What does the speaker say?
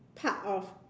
part of